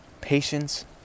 patience